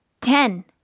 Ten